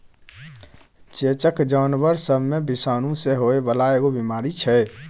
चेचक जानबर सब मे विषाणु सँ होइ बाला एगो बीमारी छै